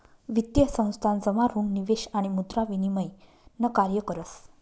वित्तीय संस्थान जमा ऋण निवेश आणि मुद्रा विनिमय न कार्य करस